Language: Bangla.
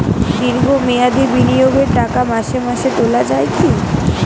দীর্ঘ মেয়াদি বিনিয়োগের টাকা মাসে মাসে তোলা যায় কি?